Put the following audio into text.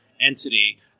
entity